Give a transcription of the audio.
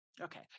Okay